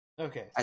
Okay